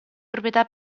proprietà